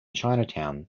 chinatown